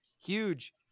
huge